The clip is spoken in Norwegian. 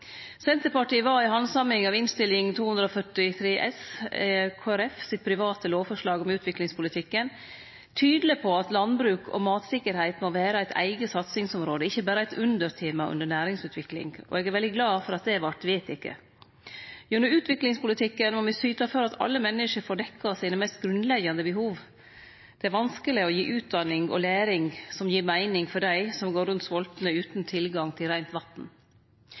Senterpartiet var i handsaminga av Innst. 243 S for 2016–2017, Kristeleg Folkeparti sitt private lovforslag om utviklingspolitikken, tydeleg på at landbruk og matsikkerheit må vere eit eige satsingsområde, ikkje berre eit undertema under næringsutvikling, og eg er veldig glad for at det vart vedteke. Gjennom utviklingspolitikken må me syte for at alle menneske får dekt sine mest grunnleggjande behov. Det er vanskeleg å gi utdanning og læring som gir meining for dei som går rundt svoltne utan tilgang til reint